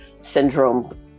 syndrome